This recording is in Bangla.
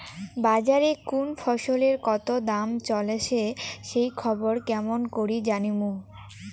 বাজারে কুন ফসলের কতো দাম চলেসে সেই খবর কেমন করি জানীমু?